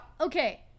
Okay